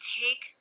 take